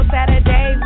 Saturday